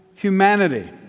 Humanity